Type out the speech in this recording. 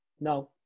No